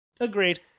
Agreed